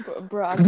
bro